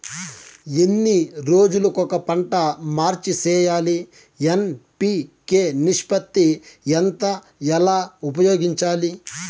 ఎన్ని రోజులు కొక పంట మార్చి సేయాలి ఎన్.పి.కె నిష్పత్తి ఎంత ఎలా ఉపయోగించాలి?